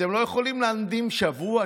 אתם לא יכולים להמתין שבוע,